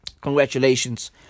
Congratulations